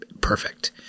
perfect